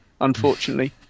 unfortunately